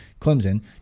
clemson